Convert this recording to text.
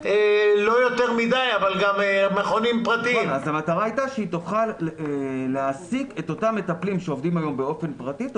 אנחנו לא נותנים כמות גדולה של מטפלים, זה היצע